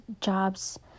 jobs